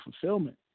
fulfillment